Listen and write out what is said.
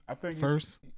first